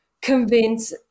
convince